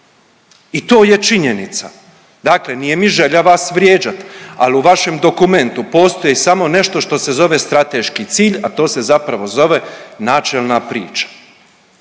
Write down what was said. I to je činjenica. Dakle nije mi želja vas vrijeđat, al u vašem dokumentu postoji samo nešto što se zove strateški cilj, a to se zapravo zove načelna priča.